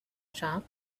shop